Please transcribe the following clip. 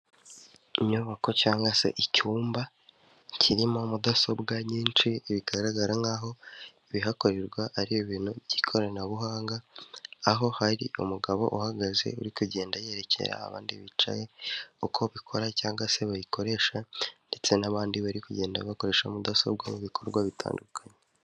Inyubako cyangwa se icyumba kirimo mudasobwa nyinshi bigaragara nk'aho ibihakorerwa ari ibintu by'ikoranabuhanga, aho hari umugabo uhagaze uri kugenda yerekera abandi bicaye uko bikora cyangwa se bayikoresha ndetse n'abandi bari kugenda bakoresha mudasobwa mu bikorwa bitandukanye.